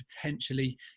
potentially